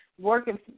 working